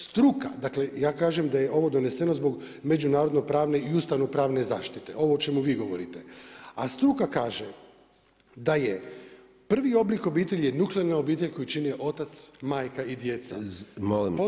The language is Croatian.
Struka, dakle ja kažem da je ovo doneseno zbog međunarodno pravne i ustavnopravne zaštite ovo o čemu vi govorite, a struka kaže, da je prvi oblik obitelji je … koju čine otac, majka i djeca